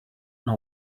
know